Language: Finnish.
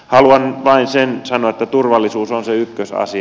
haluan vain sen sanoa että turvallisuus on se ykkösasia